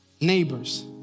neighbors